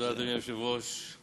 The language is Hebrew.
אדוני היושב-ראש,